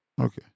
Okay